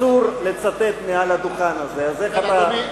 אסור לצטט מעל לדוכן הזה, אז איך אתה מצפה ממני?